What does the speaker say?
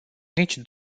nici